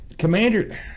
Commander